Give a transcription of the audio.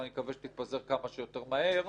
ואני מקווה שתתפזר כמה שיותר מהר,